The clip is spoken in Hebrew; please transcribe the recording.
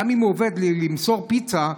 גם אם הוא עובד בלמסור פיצה,